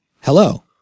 hello